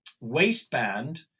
waistband